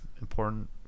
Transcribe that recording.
important